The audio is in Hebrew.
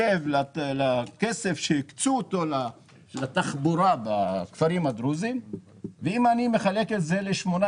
הכסף שהוקצה לתחבורה בכפרים הדרוזיים ואם אני מחלק אותו ל-18,